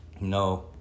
no